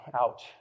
out